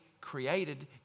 created